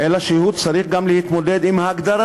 אלא הוא צריך גם להתמודד עם ההגדרה,